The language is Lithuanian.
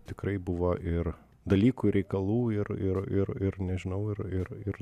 tikrai buvo ir dalykų reikalų ir ir ir ir nežinau ir ir ir